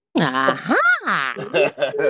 Aha